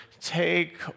take